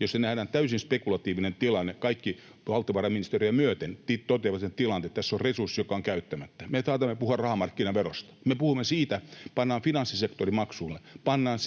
missä nähdään täysin spekulatiivinen tilanne — kaikki valtiovarainministeriä myöten toteavat sen tilanteen, että tässä on resurssi, joka on käyttämättä. Me saatamme puhua rahamarkkinaverosta. Me puhumme siitä, että pannaan finanssisektori maksulle, pannaan